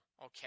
Okay